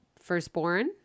Firstborn